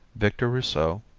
victor rousseau,